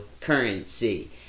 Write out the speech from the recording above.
currency